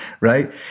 right